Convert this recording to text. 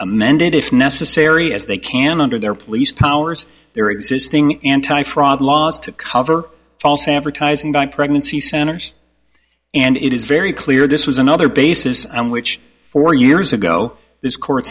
amended if necessary as they can under their police powers their existing anti fraud laws to cover false advertising by pregnancy centers and it is very clear this was another basis on which four years ago this court